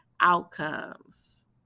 outcomes